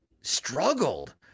struggled